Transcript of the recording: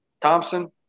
Thompson